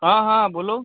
हाँ हाँ बोलो